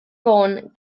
fôn